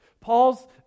Paul's